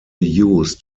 used